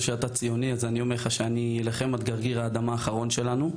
שאתה ציוני אז אני אומר לך שאני אלחם עד גרגר האדמה האחרון שלנו.